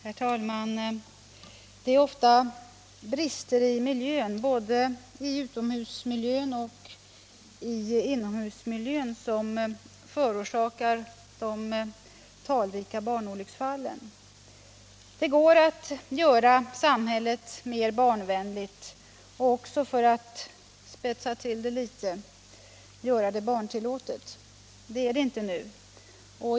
Herr talman! Det är ofta brister i miljön, både i utomhusmiljön och i inomhusmiljön, som förorsakar de talrika barnolycksfallen. Det går att göra samhället mer barnvänligt och också — för att spetsa till det litet — göra det barntillåtet. Det är det inte nu.